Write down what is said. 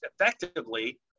effectively